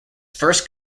first